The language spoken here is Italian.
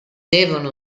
devono